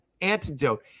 antidote